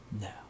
No